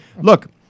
Look